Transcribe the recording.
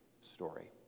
story